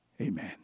Amen